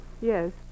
Yes